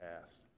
asked